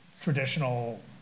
traditional